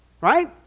right